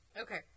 Okay